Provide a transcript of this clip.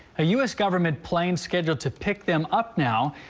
ah us government plane scheduled to pick them up now,